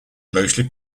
mostly